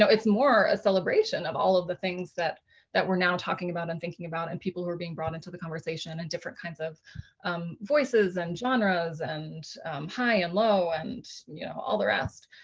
it's more a celebration of all of the things that that we're now talking about and thinking about, and people who are being brought into the conversation and and different kinds of voices and genres, and high and low and you know all the rest.